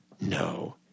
No